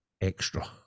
extra